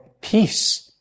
peace